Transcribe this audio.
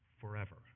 forever